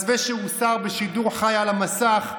מסווה שהוסר בשידור חי על המסך,